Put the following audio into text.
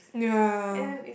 yeah